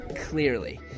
Clearly